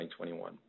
2021